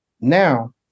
Now